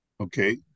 Okay